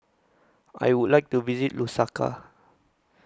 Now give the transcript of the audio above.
I Would like to visit Lusaka